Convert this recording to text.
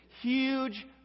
huge